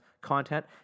content